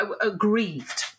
aggrieved